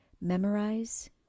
memorize